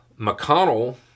McConnell